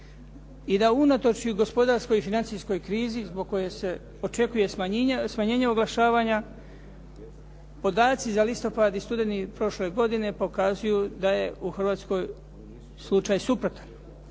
i da unatoč i gospodarskoj i financijskoj krizi zbog koje se očekuje smanjenje oglašavanja podaci za listopad i studeni prošle godine pokazuju da je u Hrvatskoj slučaj suprotan.